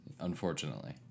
Unfortunately